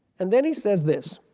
and then he says this